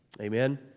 Amen